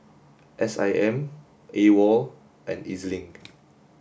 S I M AWOL and E Z Link